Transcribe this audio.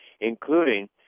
including